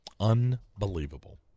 unbelievable